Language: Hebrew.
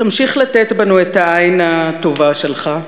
תמשיך לתת בנו את העין הטובה שלך,